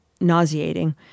nauseating